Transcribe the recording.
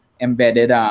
embedded